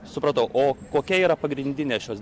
supratau o kokia yra pagrindinė šios